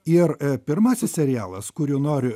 ir pirmasis serialas kurį noriu